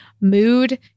mood